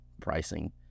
pricing